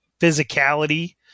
physicality